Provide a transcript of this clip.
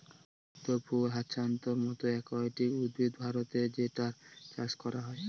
পদ্ম ফুল হ্যাছান্থর মতো একুয়াটিক উদ্ভিদ ভারতে যেটার চাষ করা হয়